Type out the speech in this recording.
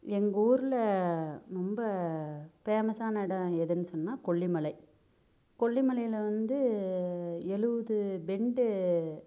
எங்கள் ஊரில் ரொம்ப ஃபேமஸ்ஸான இடம் எதுன்னு சொன்னால் கொல்லிமலை கொல்லிமலையில் வந்து எழுபது பெண்டு